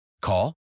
Call